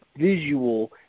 visual